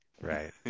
right